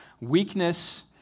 weakness